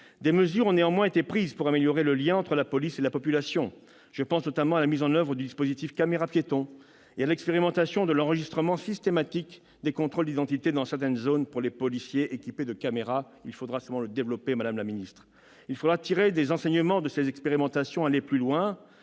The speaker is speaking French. des mesures ont néanmoins été prises pour améliorer le lien entre la police et la population. Je pense, notamment, à la mise en oeuvre du dispositif caméras-piétons et à l'expérimentation de l'enregistrement systématique des contrôles d'identité dans certaines zones pour les policiers équipés de caméras- expérimentation qu'il faudra certainement élargir, madame la ministre. Il faudra tirer les enseignements de ces expérimentations et aller plus loin.